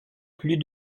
plus